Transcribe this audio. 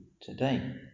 today